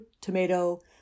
tomato